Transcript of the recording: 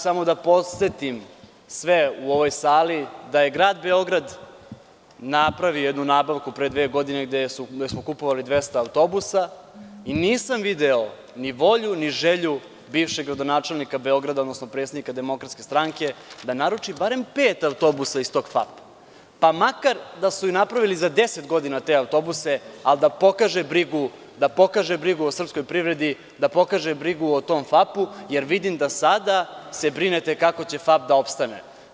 Samo bih da podsetim sve u ovoj sali da je Grad Beograd napravio jednu nabavku pre dve godine gde smo kupovali 200 autobusa i nisam video ni volju, ni želju bivšeg gradonačelnika Beograda, odnosno predstavnika DS da naruči barem pet autobusa iz tog FAP-a, pa makar da su napravili za 10 godina te autobuse, ali da pokaže brigu o srpskoj privredi, da pokaže brigu o tom FAP-u, jer vidim da se sada brinete kako će FAP da opstane.